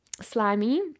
slimy